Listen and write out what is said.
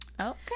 Okay